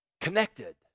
connected